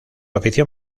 afición